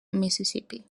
mississippi